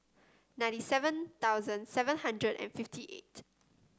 ninety seven thousand seven hundred and fifty eight